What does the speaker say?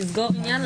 לסגור עניין,